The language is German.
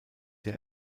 der